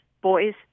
Boys